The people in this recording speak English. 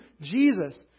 Jesus